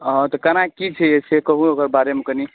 हँ तऽ कना कि छै से कहु ओकर बारेमे कनी